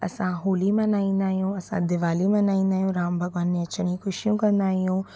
असां होली मल्हाईंदा आहियूं असां दिवाली मल्हाईंदा आहियूं राम भॻवान जे अचण ई ख़ुशी कंदा आहियूं